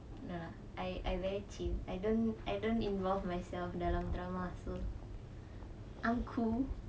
no I I very chim I don't I don't involve myself dalam drama so I am cool